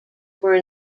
were